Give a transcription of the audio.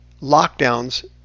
lockdowns